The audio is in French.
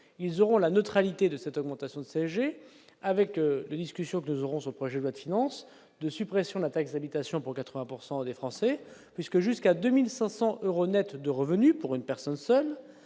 ils auront la neutralité de cette augmentation de CSG avec les discussions que nous aurons ce projet loi de finance de suppression d'un texte habitations pour 80 pourcent des des Français puisque jusqu'à 2500 euros nets de revenus pour une personne seule,